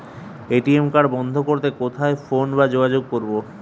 ATM card বন্ধ করতে কোথায় ফোন বা যোগাযোগ করব?